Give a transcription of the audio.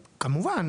בוודאי,